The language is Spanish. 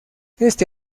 este